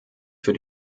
für